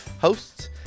hosts